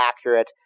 accurate